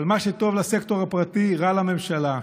אבל מה שטוב לסקטור הפרטי רע לממשלה,